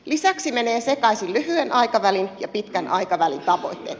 lisäksi menevät sekaisin lyhyen aikavälin ja pitkän aikavälin tavoitteet